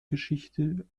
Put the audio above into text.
geschichte